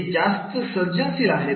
ते जास्त सर्जनशील आहेत